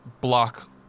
block